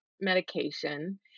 medication